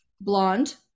blonde